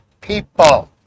people